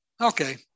Okay